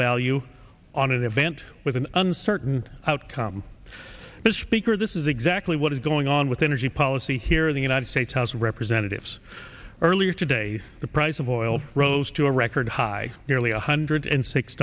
value on an event with an uncertain outcome but speaker this is exactly what is going on with energy policy here in the united states house of representatives earlier today the price of oil rose to a record high nearly a hundred and six